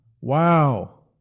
Wow